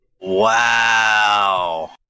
Wow